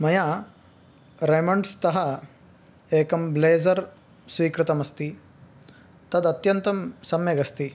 मया रेमण्ड्स् तः एकं ब्लेसर् स्वीकृतमस्ति तदत्यन्तं सम्यगस्ति